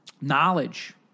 Knowledge